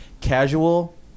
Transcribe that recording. casual